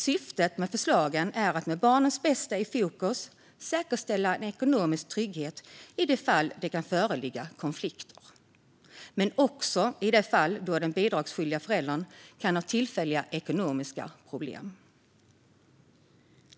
Syftet med förslagen är att med barnens bästa i fokus säkerställa en ekonomisk trygghet i de fall då det kan föreligga konflikter men också i de fall då den bidragsskyldiga föräldern kan ha tillfälliga ekonomiska problem.